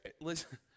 Listen